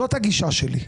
זאת הגישה שלי.